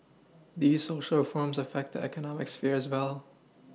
these Social reforms affect the economic sphere as well